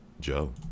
Joe